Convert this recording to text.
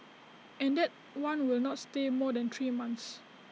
and that one will not stay more than three months